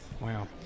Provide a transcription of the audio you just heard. Wow